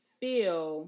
feel